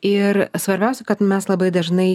ir svarbiausia kad mes labai dažnai